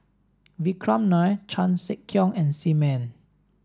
vikram Nair Chan Sek Keong and Sim Ann